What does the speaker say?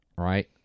Right